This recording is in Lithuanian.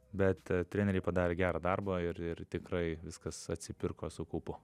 bet treneriai padarė gerą darbą ir ir tikrai viskas atsipirko su kaupu